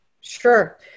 Sure